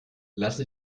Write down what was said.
lassen